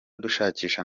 dushakisha